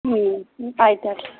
ಹ್ಞೂ ಆಯ್ತು ಆಯಿತು